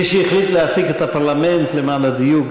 אוקיי, אבל להעסיק פרלמנט שלם בשביל